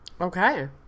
okay